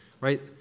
Right